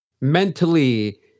mentally